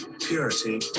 purity